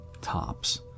tops